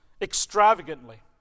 extravagantly